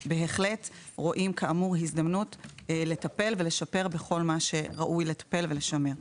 אנחנו בהחלט רואים הזדמנות לטפל ולשפר בכל מה שראוי לטפל ולשמר.